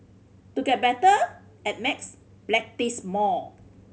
to get better at maths practise more